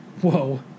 Whoa